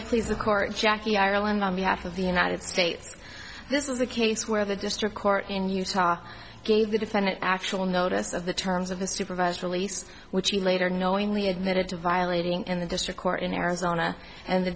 please the court jackie ireland on behalf of the united states this is a case where the district court in utah gave the defendant actual notice of the terms of a supervised release which he later knowingly admitted to violating in the district court in arizona and the